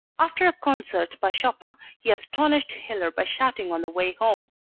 after a concert by chopin he astonished hiller by shouting on the way home.